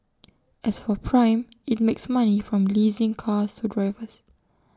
as for prime IT makes money from leasing cars to drivers